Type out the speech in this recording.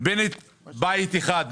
בנט בית אחד,